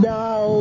now